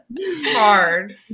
Hard